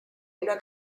una